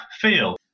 feel